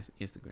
Instagram